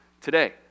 today